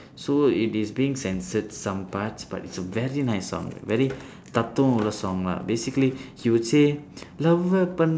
so it is being censored some parts but it's a very nice song very தத்துவம் உள்ள:thaththuvam ulla song lah basically he would say